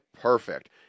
perfect